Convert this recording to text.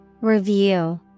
Review